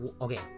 okay